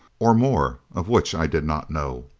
or more, of which i did not know.